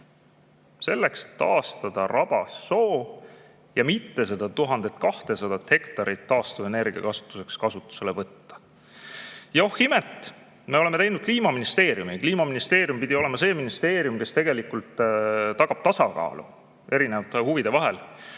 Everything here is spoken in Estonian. selleks, et taastada rabas soo ja mitte seda 1200 hektarit taastuvenergia [tootmiseks] kasutusele võtta. Ja oh imet, me oleme teinud Kliimaministeeriumi! See pidi olema ministeerium, kes tegelikult tagab tasakaalu erinevate huvide vahel.